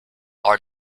are